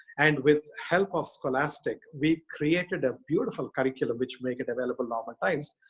and with help of scholastic, we created a beautiful curriculum which make it available normal times.